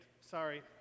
sorry